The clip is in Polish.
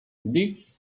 dick